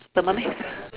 Thermomix